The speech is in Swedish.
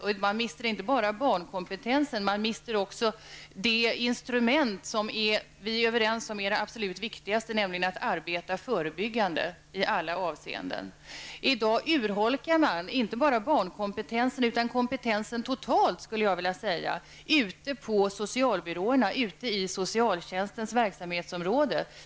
Och man mister inte bara barnkompetens, utan också de instrument som vi är överens om är absolut viktigast, nämligen att arbeta förebyggande i alla avseenden. I dag urholkas inte bara barnkompetensen utan kompetensen totalt sett, skulle jag vilja säga, ute på socialbyråerna och ute i socialtjänstens olika verksamhetsområden.